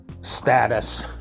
status